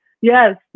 yes